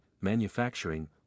manufacturing